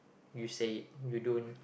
you say it you don't